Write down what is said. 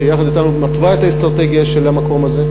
ויחד אתנו היא מתווה את האסטרטגיה של המקום הזה.